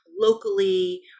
locally